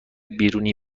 بیرونی